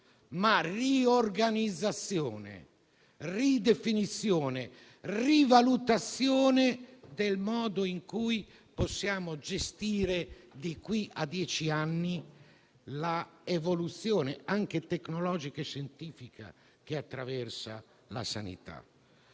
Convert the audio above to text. Ma riorganizzazione, ridefinizione e rivalutazione anche del modo in cui possiamo gestire, da qui a dieci anni, l'evoluzione tecnologica e scientifica che attraversa la sanità.